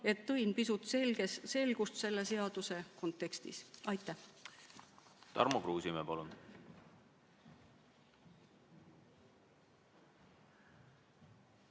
et tõin pisut selgust selle seaduse kontekstis. Aitäh!